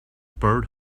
bird